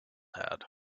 had